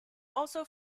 also